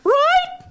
right